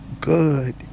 good